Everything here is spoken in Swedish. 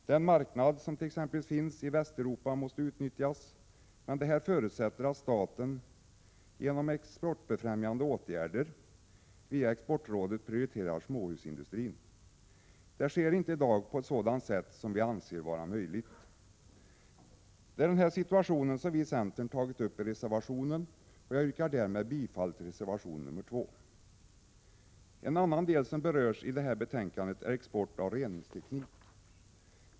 Den marknad som finns i t.ex. Västeuropa måste utnyttjas. Men det förutsätter att staten genom exportfrämjande åtgärder via Exportrådet prioriterar småhusindustrin. Det sker i dag inte på ett sådant sätt 161 som vi anser vara möjligt. Det är den situation som vi i centern tagit upp i reservation 2. Jag yrkar bifall till reservation 2. En annan del som berörs i det här betänkandet är export av reningsteknik.